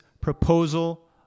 proposal